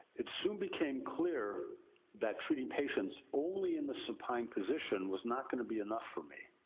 it soon became clear that treating patients only in the supine position was not going to be enough for me.